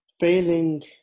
Failing